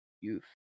youth